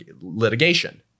litigation